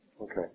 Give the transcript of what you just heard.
Okay